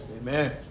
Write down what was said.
Amen